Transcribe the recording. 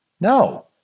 No